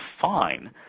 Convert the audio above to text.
fine